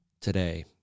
today